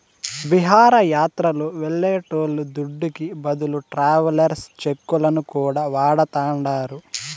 విహారయాత్రలు వెళ్లేటోళ్ల దుడ్డుకి బదులు ట్రావెలర్స్ చెక్కులను కూడా వాడతాండారు